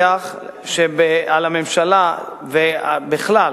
לממשלה ובכלל,